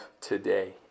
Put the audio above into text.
today